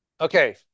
Okay